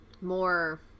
more